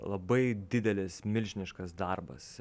labai didelis milžiniškas darbas